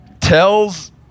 Tells